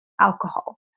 alcohol